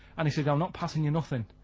an' he said, i'm not passin' you nothin'!